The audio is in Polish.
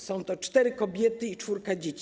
Są to cztery kobiety i czwórka dzieci.